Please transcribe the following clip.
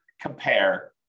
compare